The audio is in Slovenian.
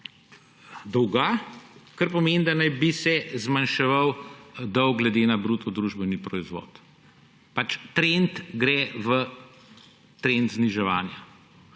dolga, kar pomeni, da naj bi se dolg zmanjševal glede na bruto družbeni proizvod. Trend gre v trend zniževanja.